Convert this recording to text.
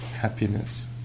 happiness